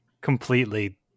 completely